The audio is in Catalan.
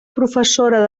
professora